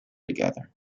together